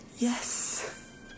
Yes